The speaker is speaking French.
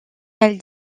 elle